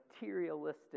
materialistic